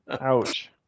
Ouch